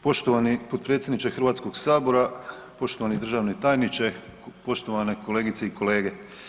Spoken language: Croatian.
Poštovani potpredsjedniče Hrvatskog sabora, poštovani državni tajniče, poštovane kolegice i kolege.